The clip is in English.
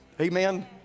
amen